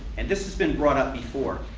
and this has been brought up before.